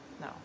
No